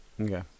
Okay